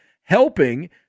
helping